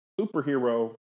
superhero